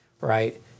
right